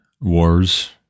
wars